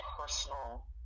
personal